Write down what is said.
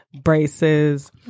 braces